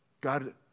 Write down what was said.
God